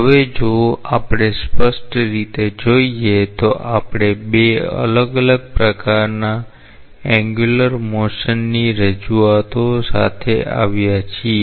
હવે જો આપણે સ્પષ્ટ રીતે જોઈએ તો આપણે બે અલગ અલગ પ્રકારના એન્ગ્યુલર મોશનની રજૂઆતો સાથે આવ્યા છીએ